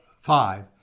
Five